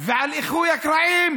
ועל איחוי הקרעים,